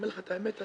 אומר לך את האמת,